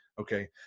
okay